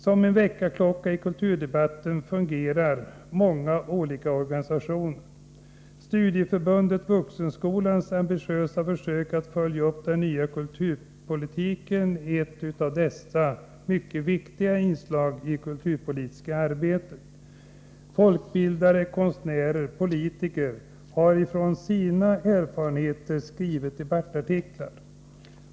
Som en väckarklocka i kulturdebatten fungerar många olika organisationer. Studieförbundet Vuxenskolans ambitiösa försök att följa upp den nya kulturpolitiken är ett av dessa mycket viktiga inslag i det kulturpolitiska arbetet. Folkbildare, konstnärer och politiker har utifrån sina erfarenheter skrivit debattartiklar.